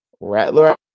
Rattler